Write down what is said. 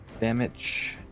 damage